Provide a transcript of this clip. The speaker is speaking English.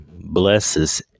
blesses